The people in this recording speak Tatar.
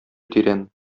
тирән